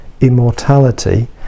immortality